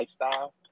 lifestyle